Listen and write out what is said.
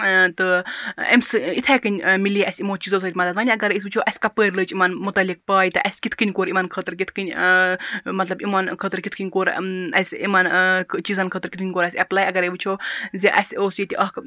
تہٕ امہِ سۭتۍ اِتھے کنۍ مِلے اَسہِ یِمو چیٖزو سۭتۍ مَدَد وۄنۍ اَگَر أسۍ وٕچھو اَسہِ کَپٲرۍ لٔج یِمن مُتعلِق پے تہٕ اَسہِ کِتھ کَنۍ کوٚر ِمن خٲطرٕ کِتھ کَنۍ مَطلَب یِمن خٲطرٕ کِتھ کَنۍ کوٚر اَسہِ یِمن چیٖزَن خٲطرٕ کِتھ کَنۍ کوٚر اَسہِ ایٚپلاے اَگَر وٕچھو زِ اَسہِ اوس ییٚتہِ اکھ